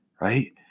right